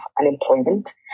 unemployment